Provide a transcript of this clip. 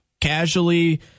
casually